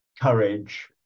courage